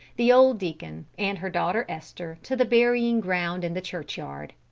the old deacon, and her daughter esther to the burying-ground in the churchyard.